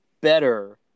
better